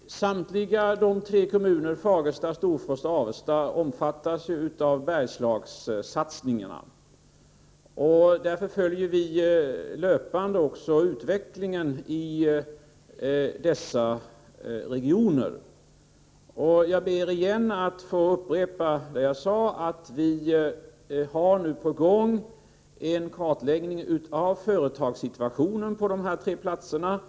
Herr talman! Samtliga tre kommuner — Fagersta, Storfors och Avesta — omfattas av Bergslagssatsningarna. Därför följer vi löpande utvecklingen i dessa regioner. Jag ber att få upprepa det jag tidigare sade: En kartläggning av företagssituationen på dessa tre platser är nu på gång.